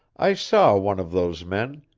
i saw one of those men